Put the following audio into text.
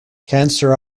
cancer